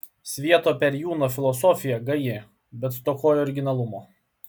svieto perėjūno filosofija gaji bet stokoja originalumo